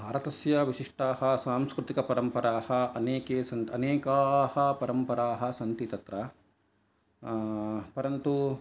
भारतस्य विशिष्टाः सांस्कृतिकपरम्पराः अनेके सन्ति अनेकाः परम्पराः सन्ति तत्र परन्तु